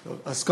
אז,